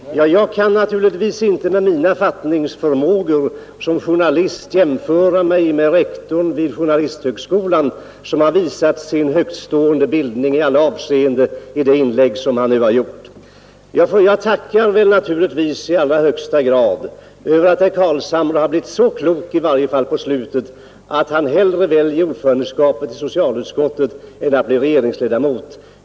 Herr talman! Jag kan självklart inte, med min fattningsförmåga, som journalist jämföra mig med rektorn vid journalisthögskolan, som har visat sin högtstående bildning i alla avseenden i de inlägg han nu har gjort. Jag är naturligtvis tacksam i allra högsta grad över att herr Carlshamre har blivit så klok, i varje fall i slutet av debatten, att han hellre väljer ordförandeskapet i socialutskottet än att bli regeringsledamot.